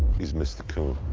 he's missed the car.